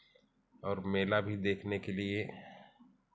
और मेला भी देखने के लिए